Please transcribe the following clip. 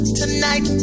tonight